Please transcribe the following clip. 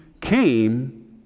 came